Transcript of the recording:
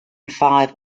five